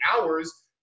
hours